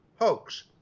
hoax